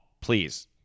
please